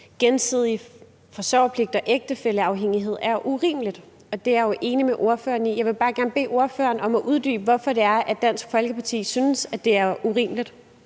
gensidig forsørgerpligt og ægtefælleafhængighed, og det er jeg jo enig med ordføreren i. Jeg vil bare gerne bede ordføreren om at uddybe, hvorfor det er, at Dansk Folkeparti synes, det er urimeligt.